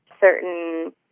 certain